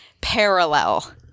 parallel